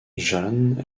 jan